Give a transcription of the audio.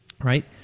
right